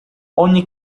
ogni